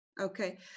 Okay